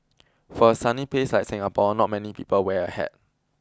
for a sunny place like Singapore not many people wear a hat